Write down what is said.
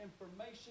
information